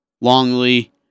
Longley